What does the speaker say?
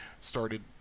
started